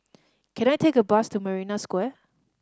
can I take a bus to Marina Square